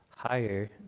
higher